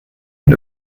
den